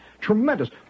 tremendous